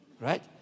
Right